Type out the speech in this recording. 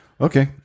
okay